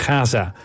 Gaza